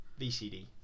VCD